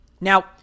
Now